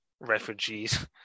refugees